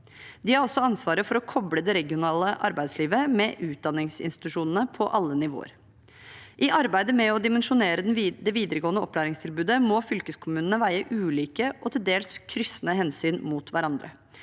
De har også ansvaret for å koble det regionale arbeidslivet med utdanningsinstitusjonene på alle nivåer. I arbeidet med å dimensjonere det videregående opplæringstilbudet må fylkeskommunene veie ulike og til dels kryssende hensyn mot hverandre.